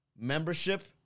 membership